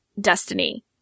Destiny